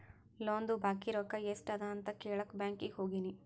ಲೋನ್ದು ಬಾಕಿ ರೊಕ್ಕಾ ಎಸ್ಟ್ ಅದ ಅಂತ ಕೆಳಾಕ್ ಬ್ಯಾಂಕೀಗಿ ಹೋಗಿನಿ